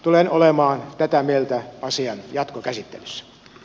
tulen olemaan tätä mieltä asian jatkokäsittelyssä